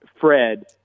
Fred